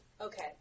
Okay